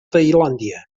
tailàndia